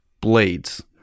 blades